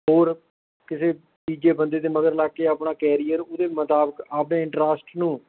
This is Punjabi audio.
ਹੋਰ ਕਿਸੇ ਤੀਜੇ ਬੰਦੇ ਦੇ ਮਗਰ ਲੱਗ ਕੇ ਆਪਣਾ ਕੈਰੀਅਰ ਉਹਦੇ ਮੁਤਾਬਕ ਆਪਣੇ ਇੰਟਰਸਟ ਨੂੰ